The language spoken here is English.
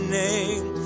name